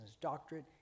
doctorate